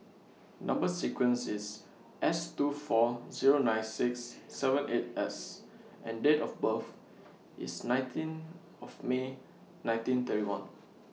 Number sequence IS S two four Zero nine six seven eight S and Date of birth IS nineteen of May nineteen thirty one